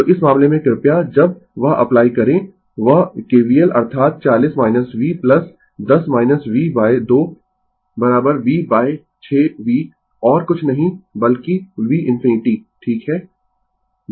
तो इस मामले में कृपया जब वह अप्लाई करें वह KVL अर्थात 40 v 10 v 2 v 6 v और कुछ नहीं बल्कि v ∞ ठीक है